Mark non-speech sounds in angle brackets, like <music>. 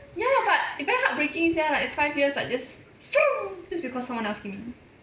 ya but very heart breaking sia like five years like just <noise> just because someone else came in